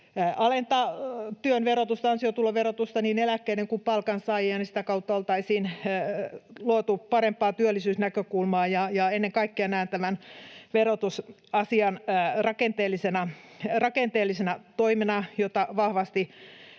alentaa työn verotusta, ansiotuloverotusta, niin eläkkeiden kuin palkansaajien, ja sitä kautta oltaisiin luotu parempaa työllisyysnäkökulmaa. Ennen kaikkea näen tämän verotusasian rakenteellisena toimena, jota vahvasti